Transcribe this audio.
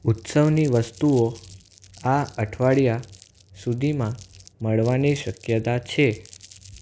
ઉત્સવની વસ્તુઓ આ અઠવાડિયા સુધીમાં મળવાની શક્યતા છે